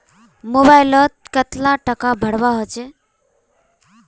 Mobile लोत कतला टाका भरवा होचे?